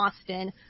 Austin